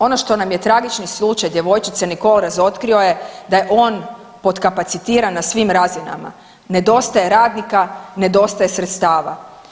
Ono što nam je tragični slučaj djevojčice Nicol razotkrio je da je on potkapacitiran na svim razinama, nedostaje radnika, nedostaje sredstava.